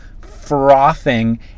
frothing